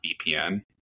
VPN